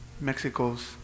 Mexico's